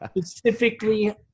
specifically